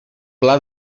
pla